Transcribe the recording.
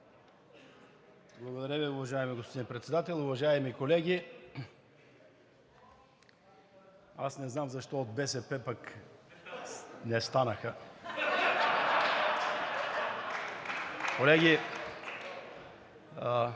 Благодаря Ви, уважаеми господин Председател. Уважаеми колеги, аз не знам защо от БСП пък не станаха. (Смях.)